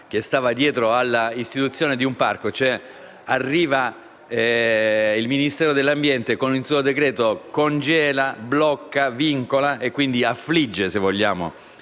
che stava dietro all'istituzione di un parco, con il Ministero dell'ambiente che, con un suo decreto, congela, blocca, vincola e quindi affligge il